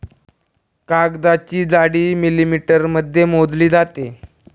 कागदाची जाडी मिलिमीटरमध्ये मोजली जाते